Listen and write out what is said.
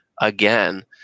again